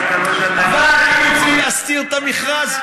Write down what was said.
אבל אם רוצים להסתיר את המכרז,